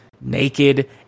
naked